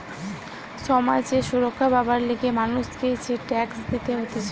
সমাজ এ সুরক্ষা পাবার লিগে মানুষকে যে ট্যাক্স দিতে হতিছে